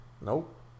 Nope